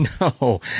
no